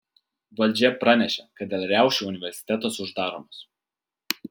valdžia pranešė kad dėl riaušių universitetas uždaromas